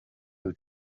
who